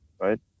right